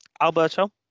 Alberto